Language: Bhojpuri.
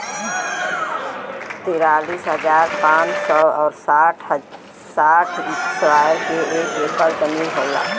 तिरालिस हजार पांच सौ और साठ इस्क्वायर के एक ऐकर जमीन होला